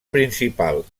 principal